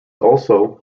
also